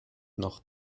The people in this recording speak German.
noch